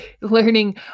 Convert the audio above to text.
learning